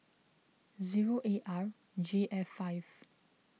zero A R J F five